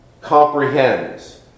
comprehends